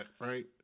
right